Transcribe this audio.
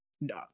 no